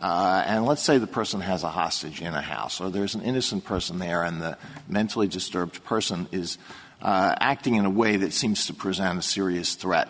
and let's say the person has a hostage in the house or there is an innocent person there and the mentally disturbed person is acting in a way that seems to present a serious threat